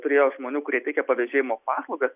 turėjo žmonių kurie teikė pavėžėjimo paslaugas